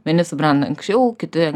vieni subrenda anksčiau kiti